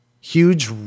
huge